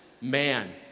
man